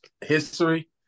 history